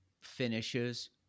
finishes